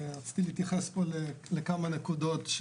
רציתי להתייחס פה לכמה נקודות,